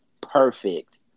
perfect